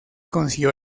consiguió